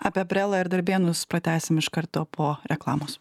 apie brelą ir darbėnus pratęsim iš karto po reklamos